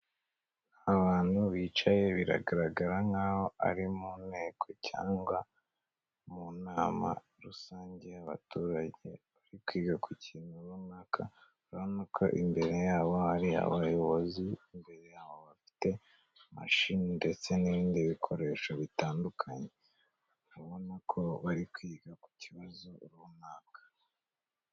Abantu bicaye biragaragara nk'aho ari mu nteko cyangwa mu nama rusange y'abaturage, bari kwiga ku kintu runaka, urabona ko imbere yabo hari abayobozi, imbere yabo bafite mashini ndetse n'ibindi bikoresho bitandukanye, urabona ko bari kwiga ku kibazo runaka.